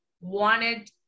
wanted